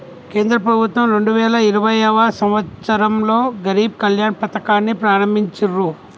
కేంద్ర ప్రభుత్వం రెండు వేల ఇరవైయవ సంవచ్చరంలో గరీబ్ కళ్యాణ్ పథకాన్ని ప్రారంభించిర్రు